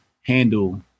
handle